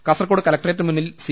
കാസർകോട് കലക്ടറേറ്റിന് മുന്നിൽ സി